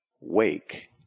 wake